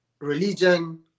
religion